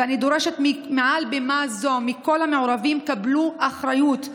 ואני דורשת מעל במה זו מכל המעורבים: קבלו אחריות,